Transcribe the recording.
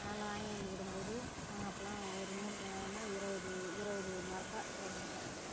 அதனால் வாங்கியாந்து விடும்போது நாங்கள் அப்போலாம் ஒரு மூட்டைனா இருபது இருபது மரக்காய் ஒரு மூட்டை